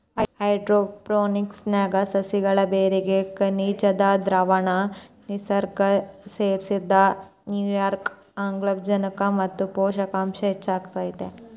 hydroponics ನ್ಯಾಗ ಸಸಿಗಳ ಬೇರಿಗೆ ಖನಿಜದ್ದ ದ್ರಾವಣ ನಿರ್ನ್ಯಾಗ ಸೇರ್ಸಿದ್ರ ನಿರ್ನ್ಯಾಗ ಆಮ್ಲಜನಕ ಮತ್ತ ಪೋಷಕಾಂಶ ಹೆಚ್ಚಾಕೇತಿ